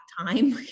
time